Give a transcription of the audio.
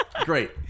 Great